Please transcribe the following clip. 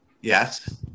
yes